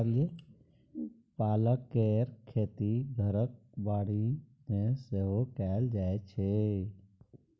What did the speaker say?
पालक केर खेती घरक बाड़ी मे सेहो कएल जाइ छै